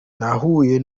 nahuye